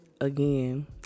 again